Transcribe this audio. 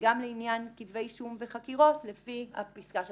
וגם לעניין כתבי אישום וחקירות לפי הפסקה שמוסיפים.